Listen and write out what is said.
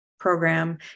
program